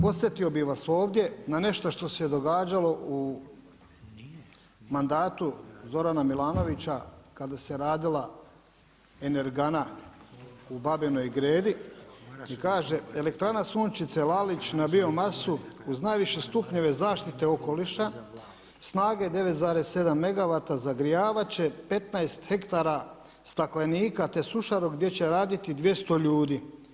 Podsjetio bih vas ovdje na nešto što se događalo u mandatu Zorana Milanovića kada se radila Energana u Babinoj Gredi i kaže „Elektrana Sunčice Lalić na biomasu uz najviše stupnje zaštite okoliša snage 9,7 megawata zagrijavat će 15 hektara staklenika te sušaru gdje će raditi 200 ljudi“